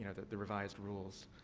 ah the the revised rules.